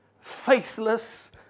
faithless